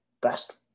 best